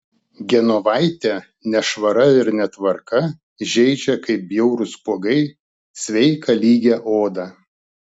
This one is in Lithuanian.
genovaitę nešvara ir netvarka žeidžia kaip bjaurūs spuogai sveiką lygią odą